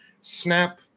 snap